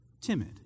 timid